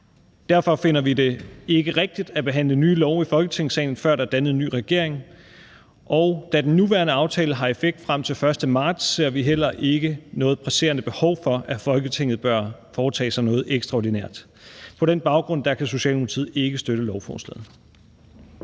Derfor finder vi det ikke rigtigt at behandle nye love i Folketingssalen, før der er dannet en ny regering. Og da den nuværende aftale har effekt frem til den 1. marts, ser vi heller ikke noget presserende behov for, at Folketinget bør foretage sig noget ekstraordinært. På den baggrund kan Socialdemokratiet ikke støtte lovforslaget.